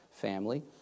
family